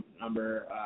number